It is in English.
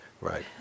right